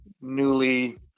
newly